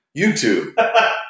YouTube